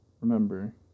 remember